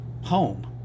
home